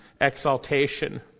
exaltation